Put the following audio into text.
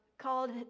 called